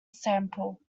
sample